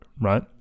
right